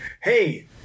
Hey